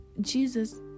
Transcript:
Jesus